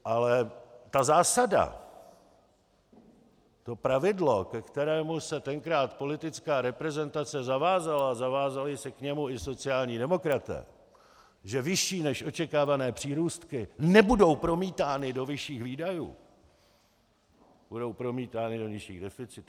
Ale ta zásada, to pravidlo, ke kterému se tenkrát politická reprezentace zavázala, a zavázali se k němu i sociální demokraté, že vyšší než očekávané přírůstky nebudou promítány do vyšších výdajů, budou promítány do nižších deficitů.